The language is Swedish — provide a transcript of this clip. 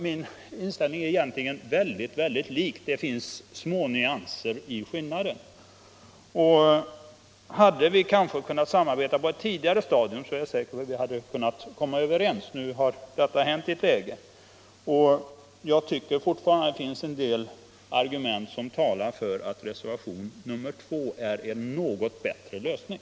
Min inställning är egentligen mycket lik hans; det finns bara skiljande smånyanser. Om vi hade kunnat samarbeta på ett tidigare stadium är jag säker på att vi hade kunnat komma överens. Men nu är det som det är, och jag tycker fortfarande att det finns en del argument som talar för att reservationen 2 innebär en något bättre lösning.